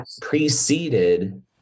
preceded